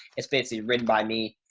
it's basically written by me,